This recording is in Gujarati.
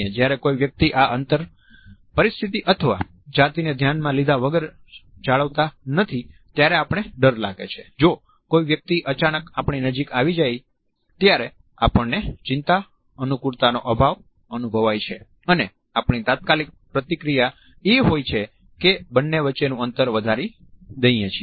જ્યારે કોઈ વ્યક્તિ આ અંતર પરિસ્થિતિ અથવા જાતિને ધ્યાનમાં લીધા વગર જાળવતા નથી ત્યારે આપણને ડર લાગે છે જો કોઈ વ્યક્તિ અચાનક આપણી નજીક આવી જાય ત્યારે આપણને ચિંતા અનુકુળતાનો અભાવ અનુભવાય છે અને આપણી તાત્કાલિક પ્રતિક્રિયા એ હોય છે કે બંને વચ્ચેનું અંતર વધારી દઈએ છીએ